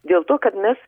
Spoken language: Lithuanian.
dėl to kad mes